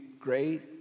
great